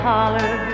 Holler